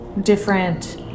different